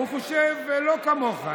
הוא חושב לא כמוך,